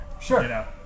Sure